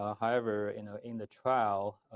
ah however, in ah in the trial,